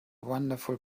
wonderful